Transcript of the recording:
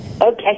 Okay